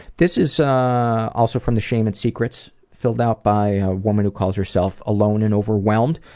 this is also from the shame and secrets, filled out by a woman who calls herself alone and overwhelmed.